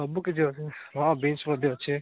ସବୁ କିଛି ଅଛି ହଁ ବିନ୍ସ ମଧ୍ୟ ଅଛି